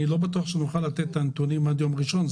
אני לא בטוח שנוכל לתת את הנתונים עד יום ראשון.